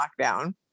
lockdown